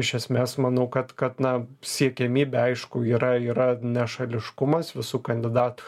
iš esmės manau kad kad na siekiamybė aišku yra yra nešališkumas visų kandidatų